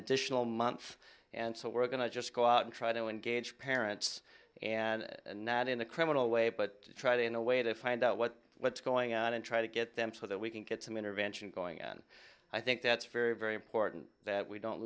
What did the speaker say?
additional month and so we're going to just go out and try to engage parents and not in a criminal way but try to in a way to find out what what's going on and try to get them so that we can get some intervention going on i think that's very very important that we don't